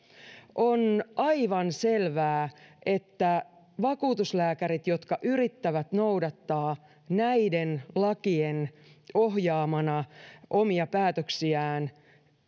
on aivan selvää että vakuutuslääkärit jotka yrittävät noudattaa näiden lakien ohjaamana omia päätöksiään